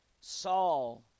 Saul